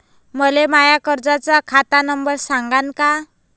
मले माया कर्जाचा खात नंबर सांगान का?